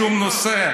בשום נושא.